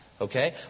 okay